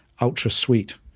ultra-sweet